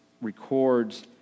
records